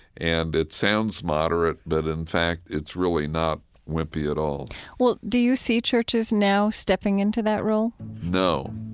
and it sounds moderate, but, in fact, it's really not wimpy at all well, do you see churches now stepping into that role? no.